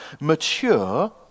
mature